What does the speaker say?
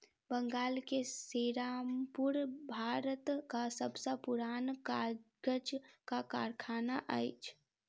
बंगाल के सेरामपुर भारतक सब सॅ पुरान कागजक कारखाना अछि